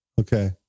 Okay